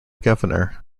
governor